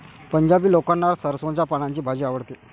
पंजाबी लोकांना सरसोंच्या पानांची भाजी आवडते